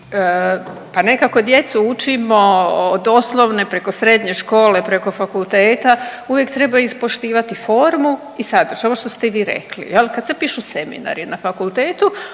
pa nekako djecu učimo od osnovne, preko srednje škole, preko fakulteta, uvijek treba ispoštivati formu i sadržaj, ovo što ste i vi rekli jel. Kad se pišu seminari na fakultetu